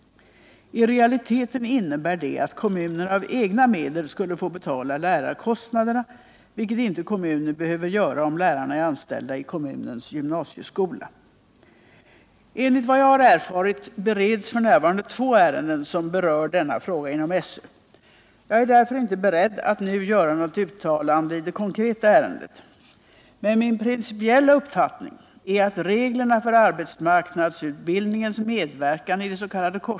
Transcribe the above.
I realiteten innebär det att kommunen av egna medel skulle få betala lärarkostnaderna, vilket inte kommunen behöver göra om lärarna är anställda i kommunens gymnasieskola. Enligt vad jag har erfarit bereds f. n. inom SÖ två ärenden som berör denna fråga. Jag är därför inte beredd att nu göra något uttalande i det konkreta ärendet. Men min principiella uppfattning är att reglerna för arbetsmarknadsutbildningens medverkan i des.k.